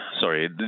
sorry